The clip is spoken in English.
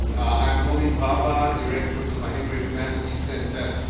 i'm homi bhaba, director of the mahindra humanities center,